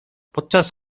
podczas